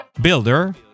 Builder